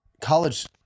college